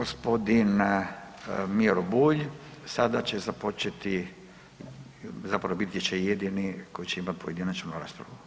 Gospodin Miro Bulj sada će započeti, zapravo biti će jedini koji će imati pojedinačnu raspravu.